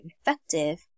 effective